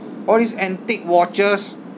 all these antique watches